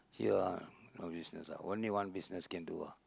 here ah no business ah only one business can do ah